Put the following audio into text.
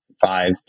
five